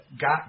got